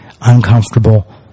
uncomfortable